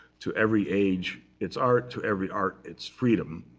to every age, it's art. to every art, it's freedom.